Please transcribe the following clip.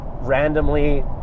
randomly